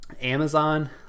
Amazon